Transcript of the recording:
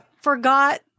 forgot